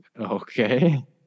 Okay